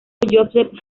joseph